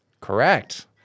Correct